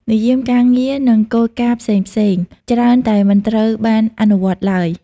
និយាមការងារ និងគោលការណ៍ផ្សេងៗច្រើនតែមិនត្រូវបានអនុវត្តឡើយ។